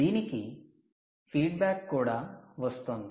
దీనికి ఫీడ్బ్యాక్ కూడా వస్తోంది